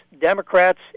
Democrats